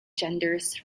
genders